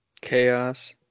Chaos